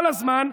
כל הזמן.